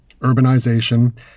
urbanization